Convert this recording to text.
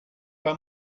pas